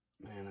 Man